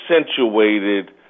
accentuated